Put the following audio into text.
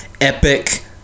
epic